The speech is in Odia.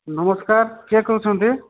ନମସ୍କାର କିଏ କହୁଛନ୍ତି